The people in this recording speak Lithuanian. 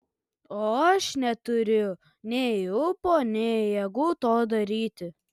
o aš neturiu nei ūpo nei jėgų to daryti